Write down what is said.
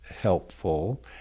helpful